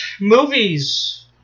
movies